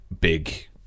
big